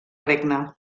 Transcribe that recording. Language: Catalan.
regne